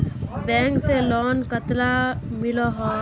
Bank से loan कतला मिलोहो?